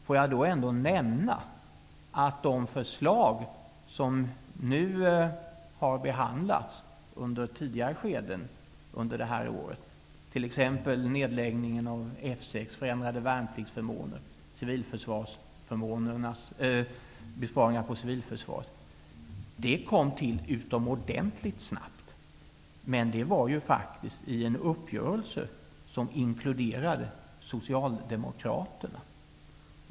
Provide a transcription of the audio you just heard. Får jag ändå nämna att de förslag som har behandlats under tidigare skeden under det här året, t.ex. nedläggningen av F 6, förändrade värnpliktsförmåner och besparingar för civilförsvaret, kom till utomordentligt snabbt. Men detta skedde faktiskt i en uppgörelse som inkluderade Socialdemokraterna.